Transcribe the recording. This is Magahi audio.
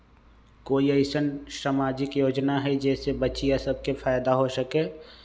कोई अईसन सामाजिक योजना हई जे से बच्चियां सब के फायदा हो सके?